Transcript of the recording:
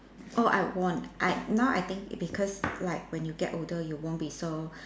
oh I won't I now I think because like when you get older you won't be so